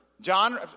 john